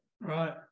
Right